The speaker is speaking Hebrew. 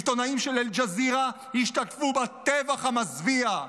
עיתונאים של אל-ג'זירה השתתפו בטבח המזוויע,